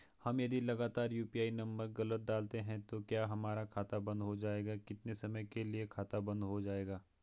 हम यदि लगातार यु.पी.आई नम्बर गलत डालते हैं तो क्या हमारा खाता बन्द हो जाएगा कितने समय के लिए खाता बन्द हो जाएगा?